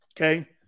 okay